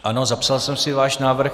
Ano, zapsal jsem si váš návrh.